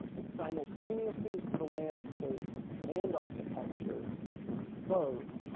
it's simultaneously the landscape and architecture both,